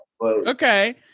Okay